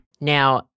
now